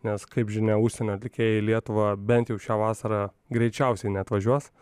nes kaip žinia užsienio atlikėjai į lietuvą bent jau šią vasarą greičiausiai neatvažiuos